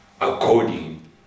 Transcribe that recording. according